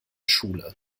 schule